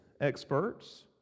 experts